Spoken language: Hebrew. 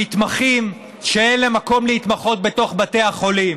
המתמחים שאין להם מקום להתמחות בתוך בתי החולים.